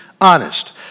honest